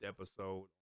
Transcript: episode